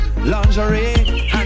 lingerie